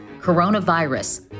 Coronavirus